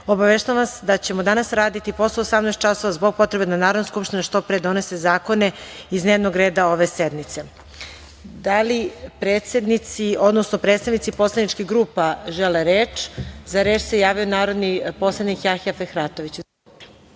obaveštavam vas da ćemo danas raditi posle 18.00 časova zbog potrebe da Narodna skupština što pre donose zakone iz dnevnog reda ove sednice. Da li predsednici, odnosno predstavnici poslaničkih grupa žele reč? Za reč se javio narodni poslanik Jahja Fehratović. Izvolite.